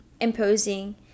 imposing